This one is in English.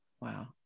Wow